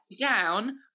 down